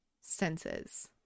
senses